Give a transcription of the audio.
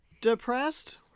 depressed